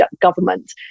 government